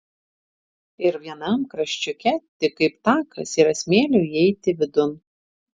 ir vienam kraščiuke tik kaip takas yra smėlio įeiti vidun